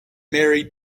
married